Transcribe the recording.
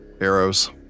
arrows